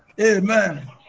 Amen